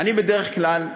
אני בדרך כלל,